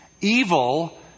evil